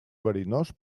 verinós